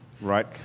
right